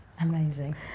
Amazing